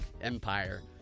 Empire